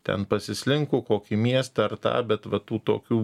ten pasislinko kokį miestą ar tą bet va tų tokių